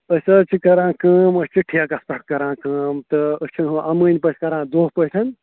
أسۍ حظ چھِ کَران کٲم أسۍ چھِ ٹھیکَس پٮ۪ٹھ کَران کٲم تہٕ أسۍ چھِنہٕ ہُہ اَمٲنۍ پٮ۪ٹھ کَران دۄہ پٲٹھۍ